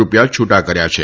રૂપિયા છૂટા કર્યા છે